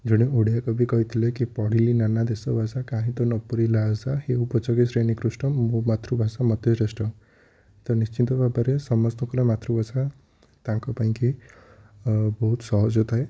ଜଣେ ଓଡ଼ିଆ କବି କହିଥିଲେକି ପଢ଼ିଲେ ନାନା ଦେଶ ଭାଷା କାହିଁ ତ ନ ପୂରିଲା ଆଶା ହେଉ ପଛକେ ସେ ନିକୃଷ୍ଟ ମୋ ମାତୃଭାଷା ମୋତେ ଶ୍ରେଷ୍ଠ ତ ନିଶ୍ଚିନ୍ତ ଭାବରେ ସମସ୍ତଙ୍କର ମାତୃଭାଷା ତାଙ୍କ ପାଇଁକି ଅ ବହୁତ ସହଜଥାଏ